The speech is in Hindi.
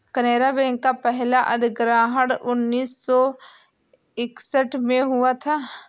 केनरा बैंक का पहला अधिग्रहण उन्नीस सौ इकसठ में हुआ था